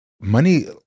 money